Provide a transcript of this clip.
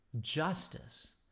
justice